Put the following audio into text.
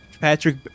Patrick